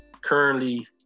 currently